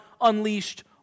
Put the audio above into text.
unleashed